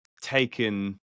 taken